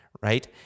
right